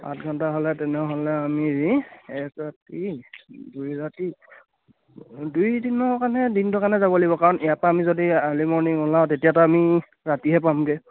আঠ ঘণ্টা হ'লে তেনেহ'লে আমি এক ৰাতি দুই ৰাতি দুইদিনৰ কাৰণে দিনটো কাৰণে যাব লাগিব কাৰণ ইয়াৰ পৰা আমি যদি আৰ্লি মৰ্ণিং ওলাওঁ তেতিয়াতো আমি ৰাতিহে পামগৈ